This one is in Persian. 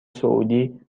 سعودی